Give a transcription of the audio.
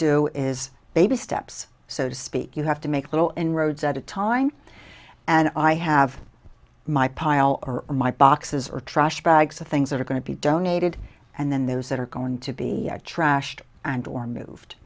do is baby steps so to speak you have to make little inroads at a time and i have my pile or my boxes or trash bags or things that are going to be donated and then those that are going to be trashed and or moved